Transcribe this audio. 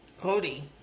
Cody